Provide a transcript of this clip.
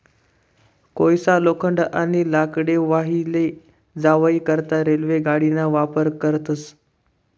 कोयसा, लोखंड, आणि लाकडे वाही लै जावाई करता रेल्वे गाडीना वापर करतस